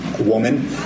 woman